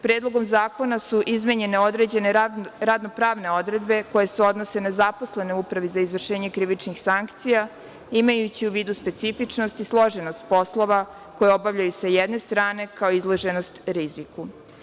Predlogom zakona su izmenjene određene radno-pravne odredbe koje se odnose na zaposlene u Upravi za izvršenje krivičnih sankcija, imajući u vidu specifičnost i složenost poslova koju obavljaju, sa jedne strane, kao i izloženost riziku.